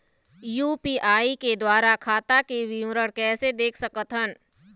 UPI के द्वारा खाता के विवरण कैसे देख सकत हन?